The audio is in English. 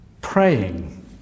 praying